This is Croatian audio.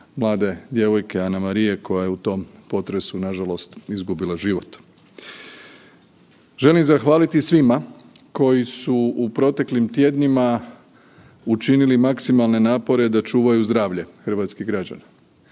mlade djevojke Anamarije koja je u tom potresu nažalost izgubila život. Želim zahvaliti svima koji su u proteklim tjednima učinili maksimalne napore da čuvaju zdravlje hrvatskih građana,